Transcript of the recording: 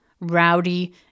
rowdy